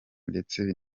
ndetse